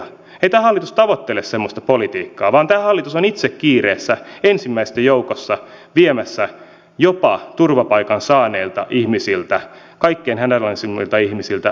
ei tämä hallitus tavoittele semmoista politiikkaa vaan tämä hallitus on itse kiireessä ensimmäisten joukossa viemässä jopa turvapaikan saaneilta ihmisiltä kaikkein hädänalaisimmilta ihmisiltä oikeuden perheenyhdistämiseen